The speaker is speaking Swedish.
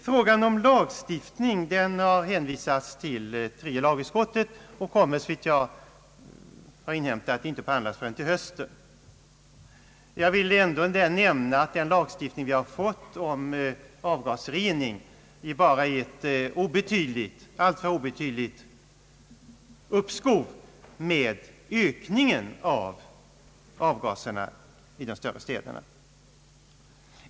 Frågan om lagstiftning har hänvisats till tredje lagutskottet och kommer såvitt jag inhämtat inte att behandlas förrän i höst. Jag vill ändå nämna att den lagstiftning vi har fått om avgasrening bara ger ett alltför obetydligt uppskov med ökningen av avgaserna i de större städerna.